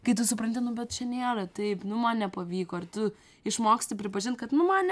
kai tu supranti nu bet čia nėra taip nu man nepavyko ir tu išmoksti pripažint kad nu man ne